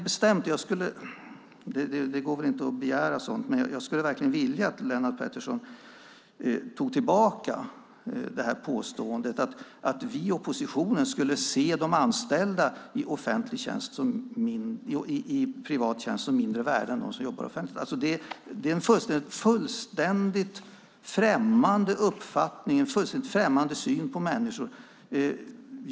Det går väl inte att begära men jag skulle verkligen vilja att Lennart Pettersson tog tillbaka det han påstått om att vi i oppositionen ser anställda i privat tjänst som mindre värda än de som jobbar offentligt. Det är en fullständigt främmande uppfattning för oss, en fullständigt främmande syn på människor.